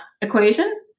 equation